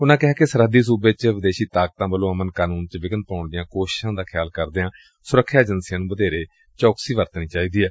ਉਨੂਾ ਕਿਹਾ ਕਿ ਸਰਹੱਦੀ ਸੂਬੇ ਚ ਵਿਦੇਸ਼ੀ ਤਾਕਤਾਂ ਵੱਲੋਂ ਅਮਨ ਕਾਨੂੰਨ ਵਿਚ ਵਿਘਨ ਪਾਉਣ ਦੀਆਂ ਕੋਸ਼ਿਸਾਂ ਦਾ ਖਿਆਲ ਕਰਦਿਆਂ ਸੁਰੱਖਿਆ ਏਜੰਸੀਆਂ ਨੁੰ ਵਧੇਰੇ ਚੌਕਸੀ ਵਰਤਣੀ ਚਾਹੀਦੀ ਏ